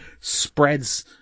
spreads